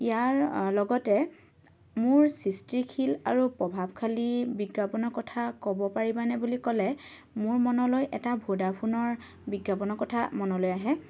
ইয়াৰ লগতে মোৰ সৃষ্টিশীল আৰু প্ৰভাৱশালী বিজ্ঞাপনৰ কথা ক'ব পাৰিবানে বুলি ক'লে মোৰ মনলৈ এটা ভ'ডাফোনৰ বিজ্ঞাপনৰ কথা মনলৈ আহে